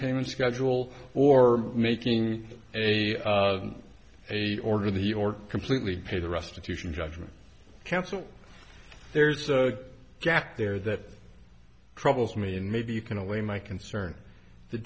payment schedule or making order the or completely pay the restitution judgment counsel there's a gap there that troubles me and maybe you can allay my concern the